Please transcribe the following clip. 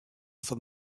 for